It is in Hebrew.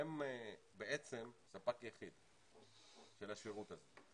הם בעצם ספק יחיד של השירות הזה,